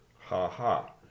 Ha-ha